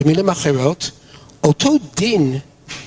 במילים אחרות, אותו דין...